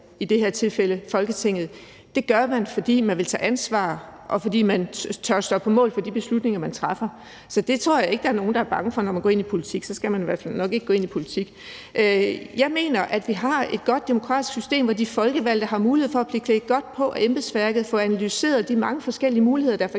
i det her tilfælde Folketinget, gør det, fordi man vil tage ansvar, og fordi man tør stå på mål for de beslutninger, man træffer. Så det tror jeg ikke der er nogen der er bange for, når man går ind i politik. Så skal man i hvert fald nok ikke gå ind i politik. Jeg mener, at vi har et godt demokratisk system, hvor de folkevalgte har mulighed for at blive klædt godt på af embedsværket og få analyseret de mange forskellige muligheder, der f.eks.